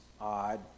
odd